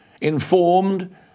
informed